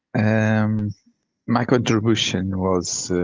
and my contribution was,